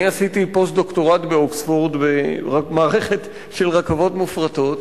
אני עשיתי פוסט-דוקטורט באוקספורד במערכת של רכבות מופרטות,